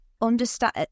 understand